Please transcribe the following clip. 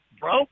bro